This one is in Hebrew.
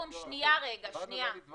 רגע --- לא אמרתי את זה,